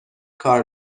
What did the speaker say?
کار